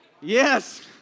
Yes